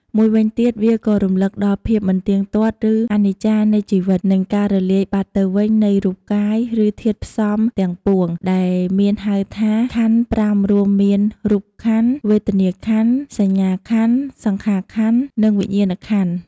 មួយវិញទៀតវាក៏រំលឹកដល់ ភាពមិនទៀងទាត់ ឬ អនិច្ចំ នៃជីវិត និងការរលាយបាត់ទៅវិញនៃរូបកាយ ឬធាតុផ្សំទាំងពួង ដែលមានហៅថា ខន្ធ ៥ រួមមាន រូបក្ខន្ធ វេទនាខន្ធ សញ្ញាខន្ធ សង្ខារក្ខន្ធ និងវិញ្ញាណក្ខន្ធ។